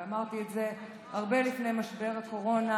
אמרתי את זה הרבה לפני משבר הקורונה,